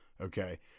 Okay